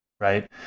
right